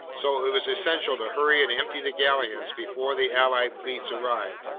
so it was essential to hurry and empty the galleons before the allied fleets arrived,